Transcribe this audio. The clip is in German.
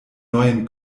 neuen